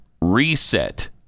reset